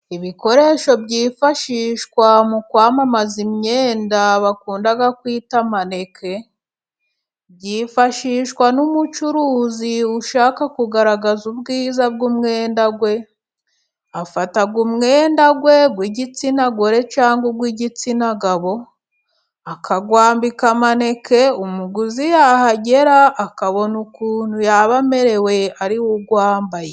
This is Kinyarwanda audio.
Ibikoresho byifashishwa mu kwamamaza imyenda bakunda kwita maneke, byifashishwa n'umucuruzi ushaka kugaragaza ubwiza bw'umwenda we. Afata umwenda we w'igitsina gore cyangwa uw'igitsina gabo akawambika maneke, umuguzi yahagera akabona ukuntu yaba amerewe ariwe uwambaye.